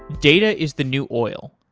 data is the new oil.